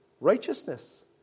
Righteousness